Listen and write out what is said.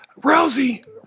Rousey